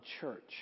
church